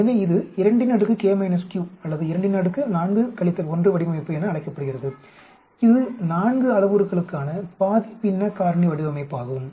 எனவே இது 2k q அல்லது 24 1 வடிவமைப்பு என அழைக்கப்படுகிறது இது 4 அளவுருக்களுக்கான பாதி பின்ன காரணி வடிவமைப்பாகும்